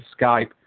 Skype